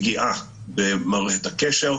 פגיעה במערכת הקשר.